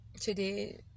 today